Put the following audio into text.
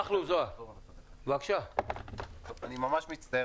אני מצטער,